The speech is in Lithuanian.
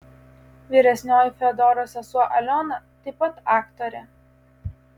vyresnioji fiodoro sesuo aliona taip pat aktorė